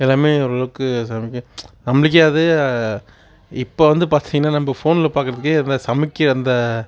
எல்லாமே ஓரளவுக்கு சமைப்பேன் நம்மளுக்கே அது இப்போ வந்து பார்த்தீங்கனா நம்ம ஃபோனில் பார்க்குறதுக்கே அந்த சமைக்க அந்த